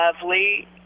lovely